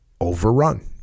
overrun